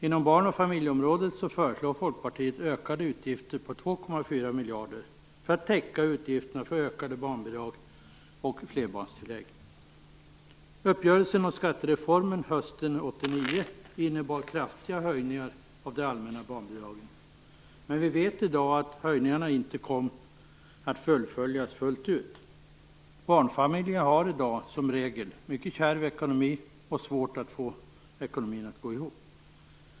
Inom barn och familjeområdet föreslår Folkpartiet ökade utgifter på 2,4 miljarder för att täcka utgifterna för ökade barnbidrag och flerbarnstillägg. Uppgörelsen om skattereformen hösten 1989 innebar kraftiga höjningar av det allmänna barnbidraget. Men vi vet i dag att höjningarna inte kom att fullföljas fullt ut. Barnfamiljerna har i dag som regel mycket kärv ekonomi och svårt att få ekonomin att gå ihop.